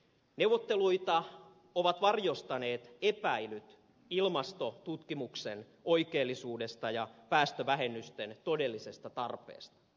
neuvotteluita ovat varjostaneet epäilyt ilmastotutkimuksen oikeellisuudesta ja päästövähennysten todellisesta tarpeesta